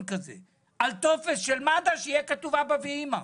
כזה על טופס של מד"א שיהיה כתוב בו "אבא" ו"אימא".